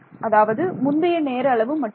அதாவது முந்தைய நேர அளவு மட்டுமே